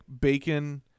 bacon